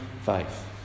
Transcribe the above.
faith